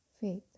Faith